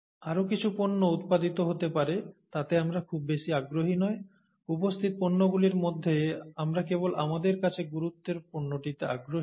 আরও কিছু পণ্য উৎপাদিত হতে পারে তাতে আমরা খুব বেশি আগ্রহী নয় উপস্থিত পণ্যগুলির মধ্যে আমরা কেবল আমাদের কাছে গুরুত্বের পণ্যটিতে আগ্রহী